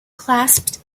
clasped